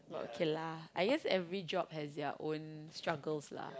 but okay lah I feels every job have their own struggles lah